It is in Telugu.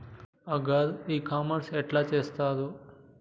అగ్రి ఇ కామర్స్ ఎట్ల చేస్తరు?